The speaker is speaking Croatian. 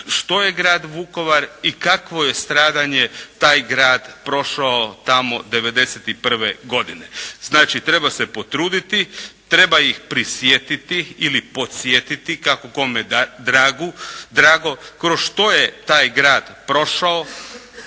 što je grad Vukovar i kakvo je stradanje taj grad prošao tamo '91. godine. Znači, treba se potruditi, treba ih prisjetiti ili podsjetiti, kako kome drago, kroz što je taj grad prošao,